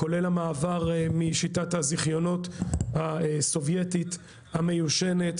כולל המעבר משיטת הזיכיונות הסובייטית המיושנת